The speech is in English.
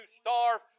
starve